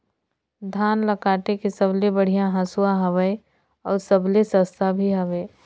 धान ल काटे के सबले बढ़िया हंसुवा हवये? अउ सबले सस्ता भी हवे?